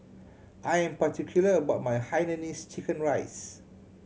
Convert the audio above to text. I am particular about my hainanese chicken rice